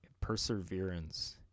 perseverance